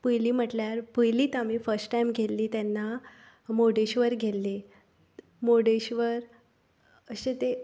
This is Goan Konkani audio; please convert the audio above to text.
पयलीं म्हणल्यार पयलींच आमी फर्स्ट टायम गेल्लीं तेन्ना मुर्डेश्र्वर गेल्लीं